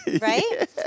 right